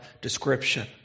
description